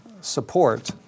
support